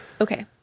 Okay